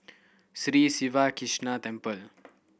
Sri Siva Krishna Temple